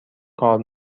کار